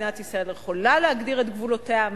ומדינת ישראל יכולה להגדיר את גבולותיה,